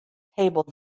table